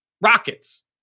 Rockets